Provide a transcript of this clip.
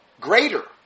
Greater